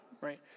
right